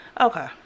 Okay